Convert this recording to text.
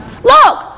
Look